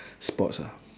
sports ah